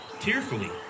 tearfully